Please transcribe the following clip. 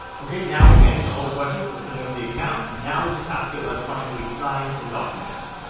okay now we've answered all the questions for setting up the account now we just have to electronically sign the documents